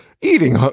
eating